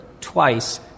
twice